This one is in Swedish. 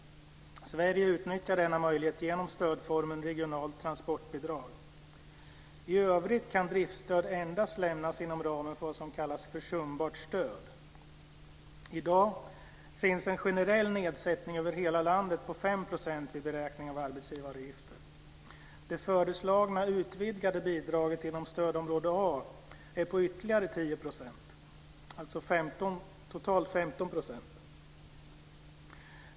Sverige utnyttjar denna möjlighet genom stödformen regionalt transportbidrag. I övrigt kan driftstöd endast lämnas inom ramen för vad som kallas försumbart stöd. I dag finns en generell nedsättning över hela landet på 5 % vid beräkning av arbetsgivaravgifter. Det föreslagna utvidgade bidraget inom stödområde A är på ytterligare 10 %, alltså totalt 15 %.